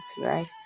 right